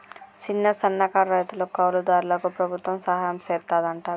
సిన్న, సన్నకారు రైతులకు, కౌలు దారులకు ప్రభుత్వం సహాయం సెత్తాదంట